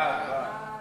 סעיף 1